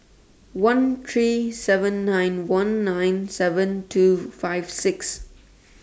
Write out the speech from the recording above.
one three seven nine one nine seven two five six